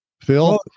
Phil